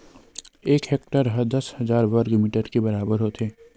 एक हेक्टेअर हा दस हजार वर्ग मीटर के बराबर होथे